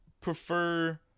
prefer